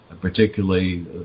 particularly